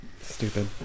Stupid